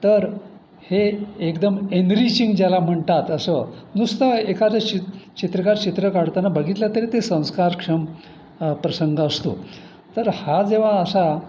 तर हे एकदम एनरिचिंग ज्याला म्हणतात असं नुसतं एखादं चित्रकार चित्र काढताना बघितलं तरी ते संस्कारक्षम प्रसंग असतो तर हा जेव्हा असा